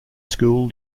school